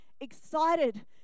excited